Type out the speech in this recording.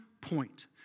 point